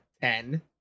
ten